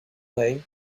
way